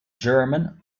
german